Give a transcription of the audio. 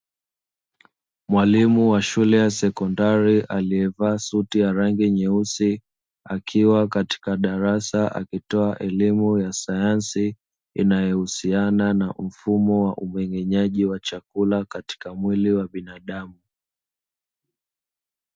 Mwalimu wa shule ya sekondari aliyevaa suti ya rangi nyeusi akiwa katika darasa akitoa elimu ya sayansi, inayohusiana na mfumo wa umeng'enyaji chakula katika mwili wa binadamu.